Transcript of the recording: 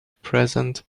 present